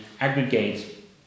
aggregate